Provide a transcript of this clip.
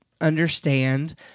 understand